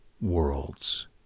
worlds